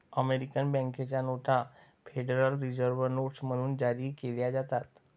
American बँकेच्या नोटा Federal Reserve notes म्हणून जारी केल्या जातात